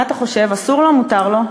מה אתה חושב, אסור לו או מותר לו?